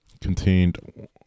contained